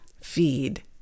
feed